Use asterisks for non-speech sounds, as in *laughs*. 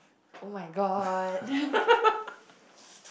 *laughs*